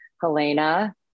Helena